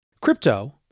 Crypto